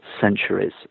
centuries